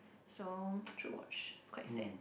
so you should watch it's quite sad